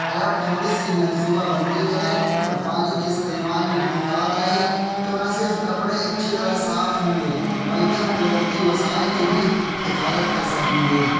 اگر ہم تھوڑی سی منصوبہ بندی کریں اور پانی کے استعمال میں محتاط رہیں تو نہ صرف کپڑے اچھی طرح صاف ہوں گے بلکہ ہم قدرتی وسائل کے بھی حفاظت کر سکیں گے